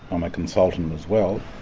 um a consultant as well,